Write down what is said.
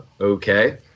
okay